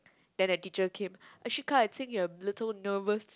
then the teacher came ashika I think you are a little nervous